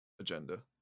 agenda